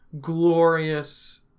glorious